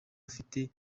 afite